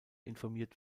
informiert